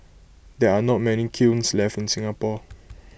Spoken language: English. there are not many kilns left in Singapore